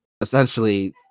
essentially